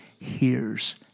hears